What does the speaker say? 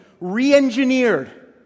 re-engineered